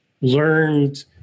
learned